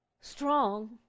strong